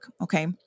okay